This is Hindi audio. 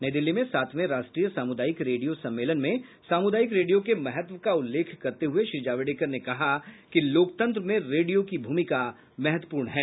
नई दिल्ली में सातवें राष्ट्रीय सामुदायिक रेडियो सम्मेलन में सामुदायिक रेडियो के महत्व का उल्लेख करते हुए श्री जावड़ेकर ने कहा कि लोकतंत्र में रेडियो की भूमिका महत्वपूर्ण है